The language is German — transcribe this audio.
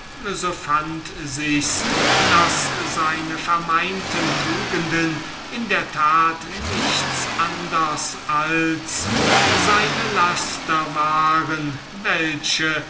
so befand sich's daß seine vermeinten tugenden würklich nichts anders als seine laster waren welche